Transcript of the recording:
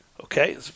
Okay